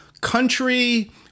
country